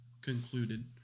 concluded